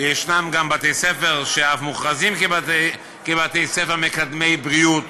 ויש גם בתי-ספר שמוכרזים כבתי-ספר מקדמי-בריאות.